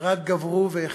רק גברו והחריפו.